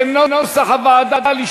כנוסח הוועדה.